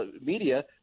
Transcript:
media